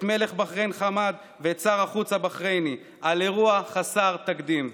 את מלך בחריין חמד ואת שר החוץ הבחרייני על אירוע חסר תקדים,